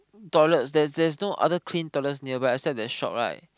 toilets there's there's no other clean toilets nearby except the shop right